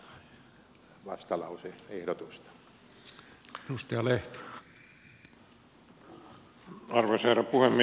arvoisa herra puhemies